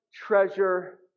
treasure